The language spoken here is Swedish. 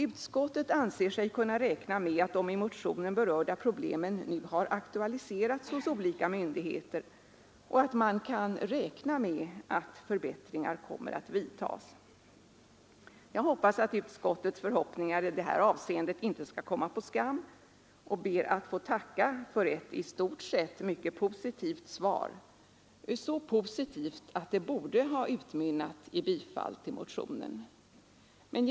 Utskottet anser sig kunna räkna med att de i motionen berörda problemen nu har aktualiserats hos olika myndigheter och att man kan räkna med att förbättringar kommer att vidtas. Jag hoppas att utskottets förhoppningar i detta avseende inte skall komma på skam och ber att få tacka för ett i stort sett mycket positivt gensvar, så positivt att det borde ha utmynnat i tillstyrkan av motionen.